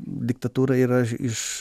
diktatūra yra iž iš